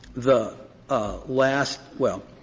the last well,